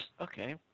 Okay